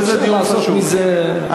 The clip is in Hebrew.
כן, אי-אפשר לעשות מזה מסטיק.